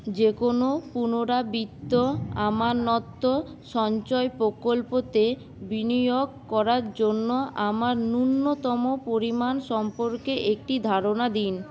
যেকোনও পুনরাবৃত্ত সঞ্চয় প্রকল্পতে বিনিয়োগ করার জন্য আমার ন্যূনতম পরিমাণ সম্পর্কে একটি ধারণা দিন